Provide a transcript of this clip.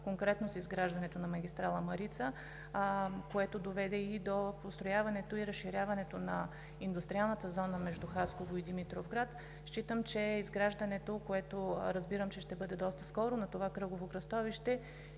конкретно с изграждането на магистрала „Марица“, което доведе и до построяването и разширяването на индустриалната зона между Хасково и Димитровград. Считам, че изграждането, което разбирам, че ще бъде доста скоро, на това кръгово кръстовище